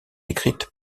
écrites